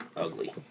ugly